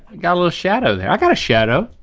got a little shadow there, i got a shadow.